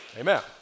Amen